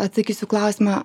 atsakysiu į klausimą